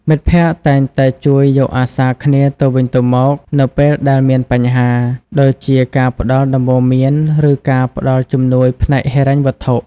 មិត្តភក្តិតែងតែជួយយកអាសាគ្នាទៅវិញទៅមកនៅពេលដែលមានបញ្ហា ដូចជាការផ្តល់ដំបូន្មានឬការផ្តល់ជំនួយផ្នែកហិរញ្ញវត្ថុ។